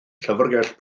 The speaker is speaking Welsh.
llyfrgell